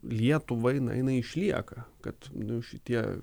lietuvai na jinai išlieka kad šitie